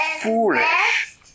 foolish